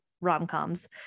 rom-coms